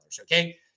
okay